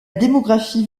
démographie